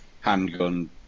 handgun